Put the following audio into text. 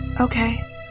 Okay